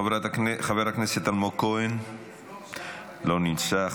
חבר הכנסת אלמוג כהן, לא נמצא.